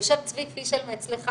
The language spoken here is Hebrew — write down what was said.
יושב צבי פישל מהאיגוד, מאצלך,